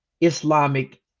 Islamic